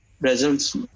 Results